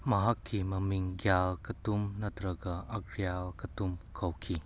ꯃꯍꯥꯛꯀꯤ ꯃꯃꯤꯡ ꯒ꯭ꯌꯥꯜ ꯀꯇꯨꯡ ꯅꯠꯇ꯭ꯔꯒ ꯑꯒ꯭ꯌꯥꯜ ꯃꯇꯨꯡ ꯀꯧꯈꯤ